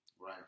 Right